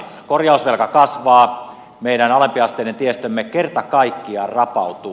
korjausvelka kasvaa meidän alempiasteinen tiestömme kerta kaikkiaan rapautuu